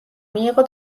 მიიღო